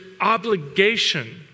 obligation